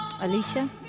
Alicia